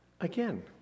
again